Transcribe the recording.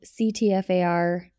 CTFAR